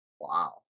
Wow